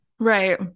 right